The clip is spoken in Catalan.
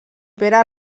pere